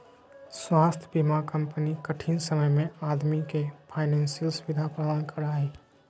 स्वास्थ्य बीमा कंपनी कठिन समय में आदमी के फाइनेंशियल सुविधा प्रदान करा हइ